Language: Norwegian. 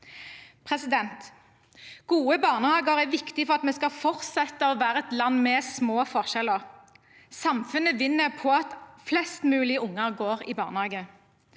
arbeid. Gode barnehager er viktig for at vi skal fortsette å være et land med små forskjeller. Samfunnet vinner på at flest mulig unger går i barnehage.